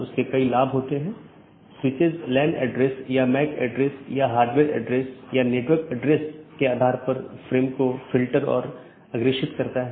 जब एक BGP स्पीकरों को एक IBGP सहकर्मी से एक राउटर अपडेट प्राप्त होता है तो प्राप्त स्पीकर बाहरी साथियों को अपडेट करने के लिए EBGP का उपयोग करता है